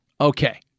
okay